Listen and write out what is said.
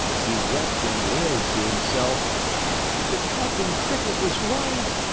he wept and wailed to himself the talking cricket was right.